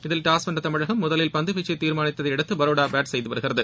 இதில் டாஸ் வென்ற தமிழகம் முதலில் பந்து வீச்சை தீர்மானித்ததையடுத்து பரோடா பேட் செய்து வருகிறது